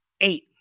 Eight